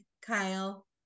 Kyle